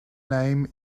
name